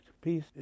peace